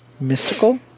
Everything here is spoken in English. mystical